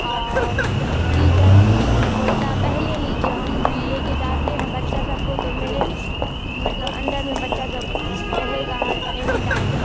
اور ٹیچر بولتا پہلے ہی جو ہم لے کے جاتے ہیں بچہ سب کو تو میرے مطلب انڈر میں بچہ سب رہے گا اور اینی ٹائم